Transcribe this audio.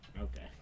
Okay